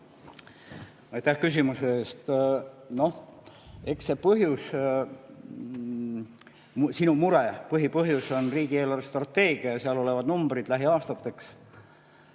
Aitäh küsimuse eest! Eks see sinu mure põhipõhjus on riigi eelarvestrateegia ja seal olevad numbrid lähiaastateks.